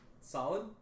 solid